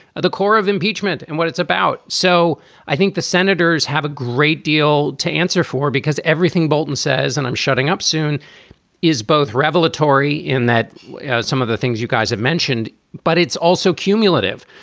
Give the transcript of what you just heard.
the core of impeachment and what it's about. so i think the senators have a great deal to answer for, because everything bolton says and i'm shutting up soon is both revelatory in that some of the things you guys have mentioned. but it's also cumulative,